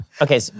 Okay